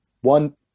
one